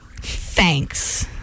Thanks